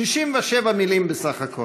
67 מילים בסך הכול.